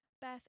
beth